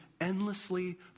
endlessly